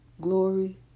glory